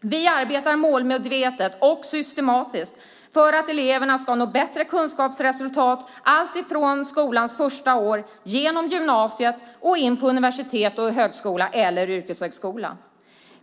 Vi arbetar målmedvetet och systematiskt för att eleverna ska nå bättre kunskapsresultat, alltifrån skolans första år, genom gymnasiet och in på universitet och högskola eller yrkeshögskola.